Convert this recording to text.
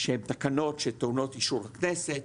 שהן תקנות שטעונות אישור הכנסת,